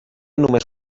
només